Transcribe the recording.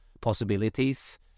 possibilities